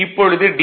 இப்பொழுது டி